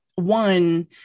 one